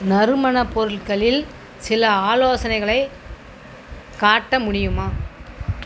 நறுமணப் பொருட்களில் சில ஆலோசனைகளைக் காட்ட முடியுமா